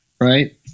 right